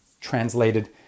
translated